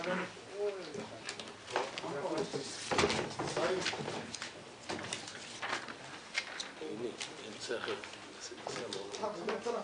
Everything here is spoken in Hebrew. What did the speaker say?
15:06.